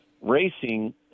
racing –